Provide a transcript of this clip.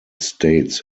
states